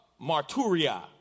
Marturia